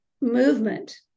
movement